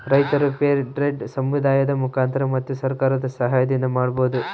ರೈತರು fair trade ಸಮುದಾಯದ ಮುಖಾಂತರ ಮತ್ತು ಸರ್ಕಾರದ ಸಾಹಯದಿಂದ ಮಾಡ್ಬೋದು